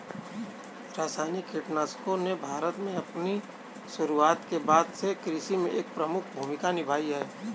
रासायनिक कीटनाशकों ने भारत में अपनी शुरूआत के बाद से कृषि में एक प्रमुख भूमिका निभाई है